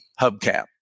hubcap